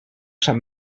sant